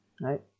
right